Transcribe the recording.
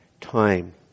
time